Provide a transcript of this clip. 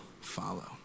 follow